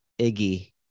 Iggy